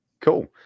Cool